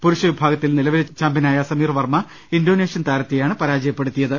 പുരുഷവിഭാഗത്തിൽ നിലവിലെ ചാമ്പൃനായ Sameer Varma Indonesian താരത്തെ യാണ് പരാജയപ്പെടുത്തിയത്